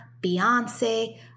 Beyonce